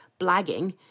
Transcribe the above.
blagging